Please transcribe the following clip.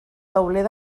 tauler